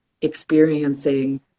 experiencing